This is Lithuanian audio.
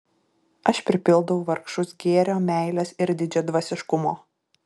aš pripildau vargšus gėrio meilės ir didžiadvasiškumo